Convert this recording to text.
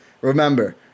Remember